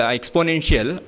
exponential